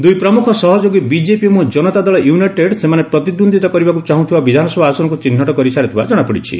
ଦୁଇ ପ୍ରମୁଖ ସହଯୋଗୀ ବିଜେପି ଏବଂ ଜନତା ଦଳ ୟୁନାଇଟେଡ ସେମାନେ ପ୍ରତିଦ୍ୱନ୍ଦିତା କରିବାକୁ ଚାହୁଁଥିବା ବିଧାନସଭା ଆସନକୁ ଚିହ୍ନଟ କରିସାରିଥିବା ଜଣାପଡିଚ୍ଛି